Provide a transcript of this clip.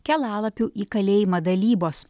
kelialapių į kalėjimą dalybos